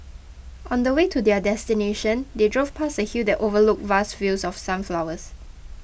on the way to their destination they drove past a hill that overlooked vast fields of sunflowers